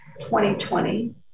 2020